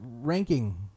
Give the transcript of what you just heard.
Ranking